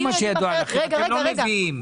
לא מה שידוע לכם, אתם לא נביאים.